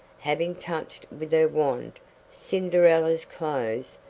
having touched with her wand cinderella's clothes,